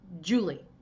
Julie